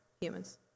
Humans